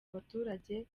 abaturage